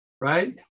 right